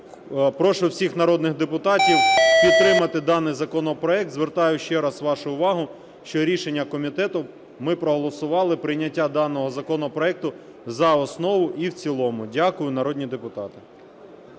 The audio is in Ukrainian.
прошу всіх народних депутатів підтримати даний законопроект. Звертаю ще раз вашу увагу, що рішення комітету ми проголосували – прийняття даного законопроекту за основу і в цілому. Дякую, народні депутати.